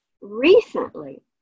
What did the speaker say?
recently